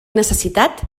necessitat